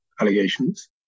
allegations